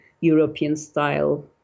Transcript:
European-style